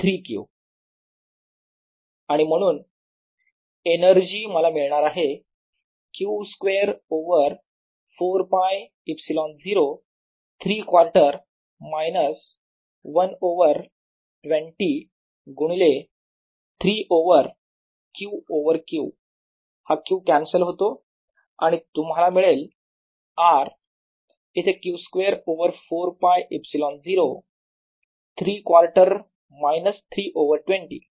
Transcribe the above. r2Q24π0R 34 1R2144πR55QQ24π0R 34 14154πR3Q आणि म्हणून एनर्जी मला मिळणार आहे Q square over 4 π ε0 3 quarter minus 1 over 20 गुणिले 3 ओवर Q ओवर Q हा Q कॅन्सल होतो आणि तुम्हाला मिळेल R इथे Q square over 4 π ε0 3 quarter minus 3 over 20